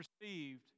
received